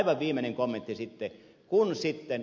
aivan viimeinen kommentti sitten